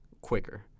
quicker